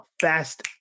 fast